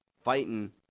fighting